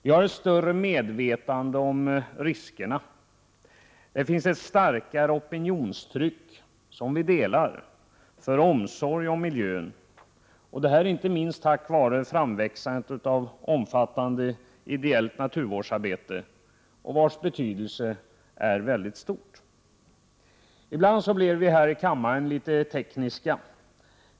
Vi har större medvetande om riskerna. Det finns ett starkare opinionstryck, som vi delar, för omsorg om miljön. Det beror inte minst på framväxten av ett omfattande ideellt naturvårdsarbete, vars betydelse är väldigt stor. Ibland blir vi här i kammaren litet tekniska.